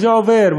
וזה עובר,